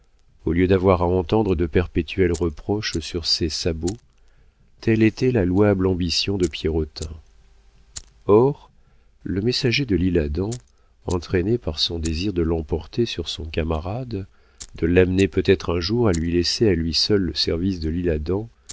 au lieu d'avoir à entendre de perpétuels reproches sur ses sabots telle était la louable ambition de pierrotin or le messager de l'isle-adam entraîné par son désir de l'emporter sur son camarade de l'amener peut-être un jour à lui laisser à lui seul le service de l'isle-adam